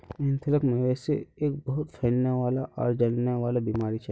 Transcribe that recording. anthrax, मवेशिर एक बहुत फैलने वाला आर जानलेवा बीमारी छ